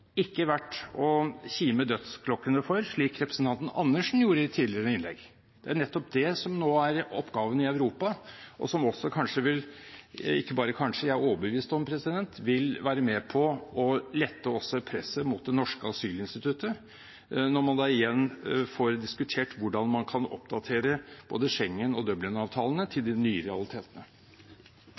ikke verdt å la dødsklokkene kime for, slik representanten Karin Andersen gjorde i et tidligere innlegg. Det er nettopp det som nå er oppgaven i Europa, og som – ikke bare kanskje – jeg er overbevist om vil være med på å lette også presset mot det norske asylinstituttet, når man igjen får diskutert hvordan man kan oppdatere både Schengen og Dublin-avtalene til de nye realitetene.